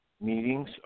meetings